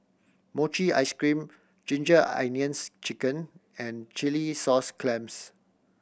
mochi ice cream Ginger Onions Chicken and chilli sauce clams